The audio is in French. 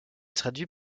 traduit